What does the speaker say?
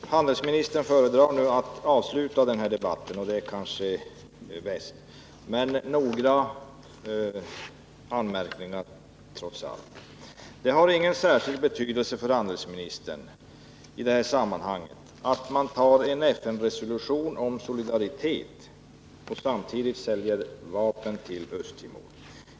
Herr talman! Handelsministern föredrar nu att avsluta denna debatt, och det kanske är bäst. Men jag vill trots allt göra några anmärkningar. Det har ingen särskild betydelse för handelsministern i detta sammanhang att man antar en FN-resolution om solidaritet och samtidigt säljer vapen till Indonesien.